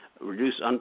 reduce